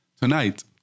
Tonight